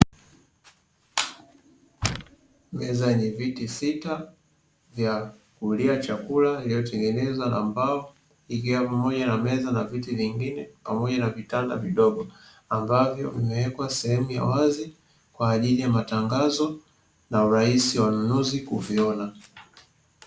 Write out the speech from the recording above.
Meza yenye viti sita vya kulia chakula iliyotengenezwa na mbao, ikiwa pamoja meza na viti vingine pamoja na vitanda vidogo. Ambavyo vimewekwa sehemu ya wazi kwa ajili ya matangazo na rahisi wanunuzi kuviona.